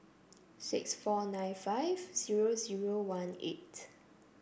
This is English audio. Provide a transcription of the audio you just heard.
six four nine five zero zero one eight